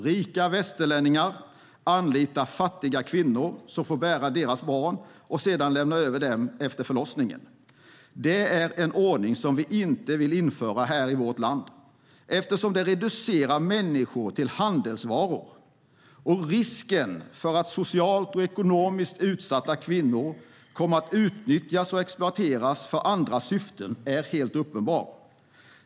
Rika västerlänningar anlitar fattiga kvinnor som får bära deras barn och sedan lämna över dem efter förlossningen. Det är en ordning som vi inte vill införa i vårt land, eftersom den reducerar människor till handelsvaror. Risken för att socialt och ekonomiskt utsatta kvinnor kommer att utnyttjas och exploateras för andras syften är helt uppenbar.